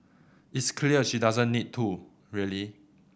it's clear she doesn't need to really